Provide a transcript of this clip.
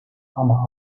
ama